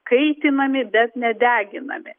kaitinami bet nedeginami